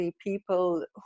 people